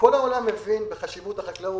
כל העולם מבין את חשיבות החקלאות.